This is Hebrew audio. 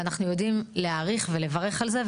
ואנחנו יודעים להעריך ולברך על זה,